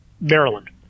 Maryland